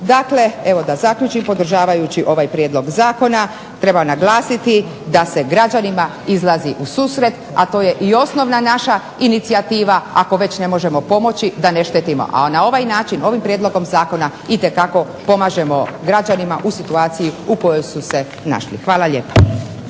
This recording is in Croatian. Dakle, evo da zaključim. Podržavajući ovaj prijedlog zakona treba naglasiti da se građanima izlazi u susret, a to je i osnovna naša inicijativa ako već ne možemo pomoći da ne štetimo. A na ovaj način, ovim prijedlogom zakona itekako pomažemo građanima u situaciji u kojoj su se našli. Hvala lijepa.